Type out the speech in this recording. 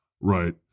Right